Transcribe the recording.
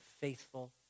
faithful